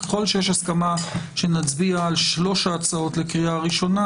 ככל שיש הסכמה שנצביע על שלוש ההצעות לקריאה הראשונה,